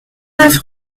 neuf